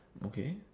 okay